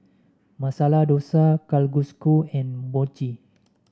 Masala Dosa Kalguksu and Mochi